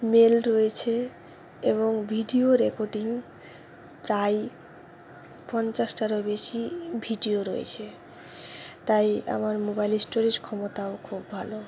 mail রয়েছে এবং video recording প্রায় পঞ্চাশটারও বেশি ভিডিও রয়েছে তাই আমার মোবাইল স্টোরেজ ক্ষমতাও খুব ভালো